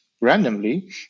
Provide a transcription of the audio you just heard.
randomly